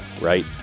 right